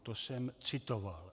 To jsem citoval.